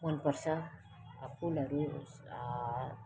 मन पर्छ फुलहरू